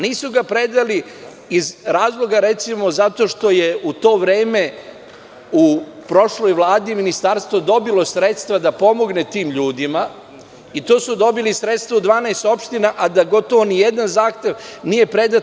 Nisu ga predali iz razloga zato što je u to vreme u prošloj Vladi, ministarstvo dobilo sredstva da pomogne tim ljudima i to su dobili sredstva u 12 opština, a da gotovo ni jedan zahtev nije predat.